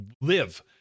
live